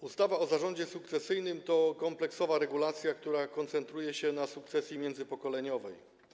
Ustawa o zarządzie sukcesyjnym to kompleksowa regulacja, która koncentruje się na sukcesji międzypokoleniowej.